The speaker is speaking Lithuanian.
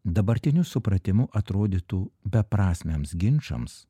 dabartiniu supratimu atrodytų beprasmiams ginčams